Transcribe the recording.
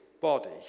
body